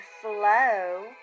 flow